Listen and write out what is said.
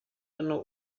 hano